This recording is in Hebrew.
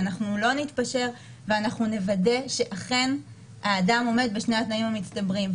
ואנחנו לא נתפשר ואנחנו נוודא שאכן האדם עומד בשני התנאים המצטברים.